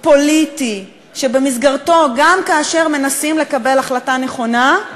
פוליטי, שבמסגרתו גם כאשר מנסים לקבל החלטה נכונה,